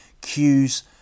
cues